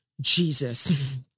Jesus